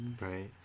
Right